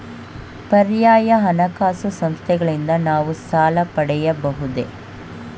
ಪರ್ಯಾಯ ಹಣಕಾಸು ಸಂಸ್ಥೆಗಳಿಂದ ನಾವು ಸಾಲ ಪಡೆಯಬಹುದೇ?